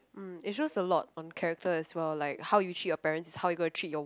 mm it just a lot on character as well like how you treat your parents how you gonna treat your